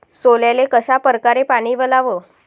सोल्याले कशा परकारे पानी वलाव?